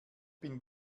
bin